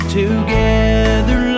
together